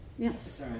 Yes